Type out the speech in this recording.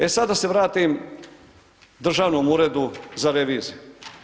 E sad da se vratim Državnom uredu za reviziju.